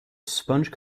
sponge